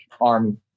arm